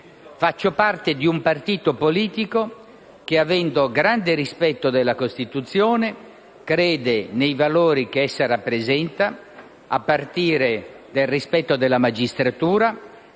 Faccio parte di un partito politico che, avendo grande rispetto della Costituzione, crede nei valori che essa rappresenta, a partire dal rispetto della magistratura